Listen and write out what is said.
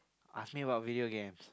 ask me about video games